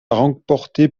remporté